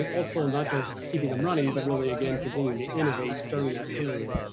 and also not just keeping them running, but really again, continuing to innovate during that period.